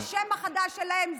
השם החדש שלהם.